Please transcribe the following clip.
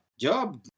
job